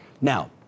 Now